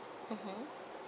mmhmm